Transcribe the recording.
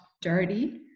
dirty